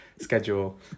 schedule